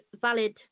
valid